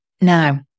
Now